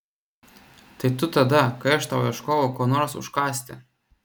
tai tu tada kai aš tau ieškojau ko nors užkąsti